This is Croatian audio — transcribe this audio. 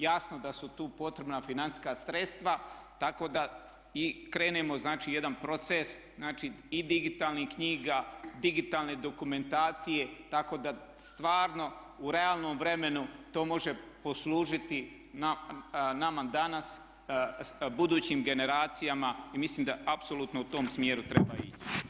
Jasno da su tu potrebna financijska sredstva, tako da i krenemo znači jedan proces, znači i digitalnih knjiga, digitalne dokumentacije, tako da stvarno u realnom vremenu to može poslužiti nama danas, budućim generacijama i mislim da apsolutno u tom smjeru treba ići.